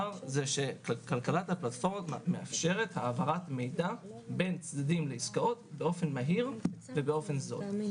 כלכלת הפלטפורמות מאפשרת העברת מידע בין צדדים לעסקאות באפון מהיר וזול.